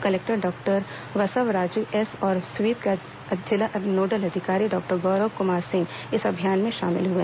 collector doctor Basavaraju S और SVEEP के जिला नोडल अधिकारी डॉक्टर गौरव कुमार सिंह इस अभियान में शामिल हुए